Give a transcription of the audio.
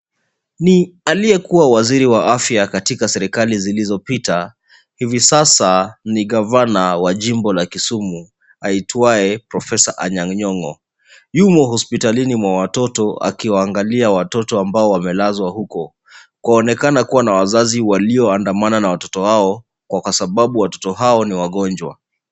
Ni aliyekuwa waziri wa afya katika serikali zilizopita, hivi sasa ni gavana wa jimbo la Kisumu, aitwaye profesa Anyang' Nyong'o. Yumo hospitalini mwa watoto akiwaangalia watoto ambao wamelazwa huko. Kwaonekana kuwa na wazazi walioandamana na watoto wao kwa sababu watoto hao ni wagonjwa.